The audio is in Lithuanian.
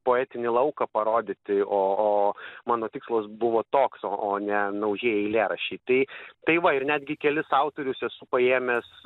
poetinį lauką parodyti o o mano tikslas buvo toks o o ne nauji eilėraščiai tai tai va ir netgi kelis autorius esu paėmęs